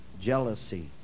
Jealousy